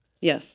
Yes